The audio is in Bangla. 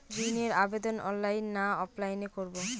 ঋণের আবেদন অনলাইন না অফলাইনে করব?